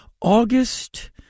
August